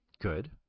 good